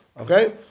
Okay